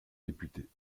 députés